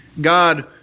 God